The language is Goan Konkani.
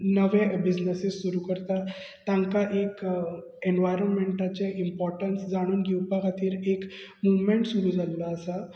नवें बीजनॅसीस सुरू करता तांकां एक ऍनर्वयरमॅटाचे इंपोटंस जाणून घेवपा खातीर एक मुमॅट सुरू जाल्लो आसा